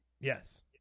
Yes